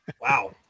Wow